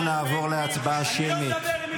אנחנו נעבור להצבעה שמית.